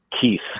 Keith